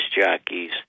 jockeys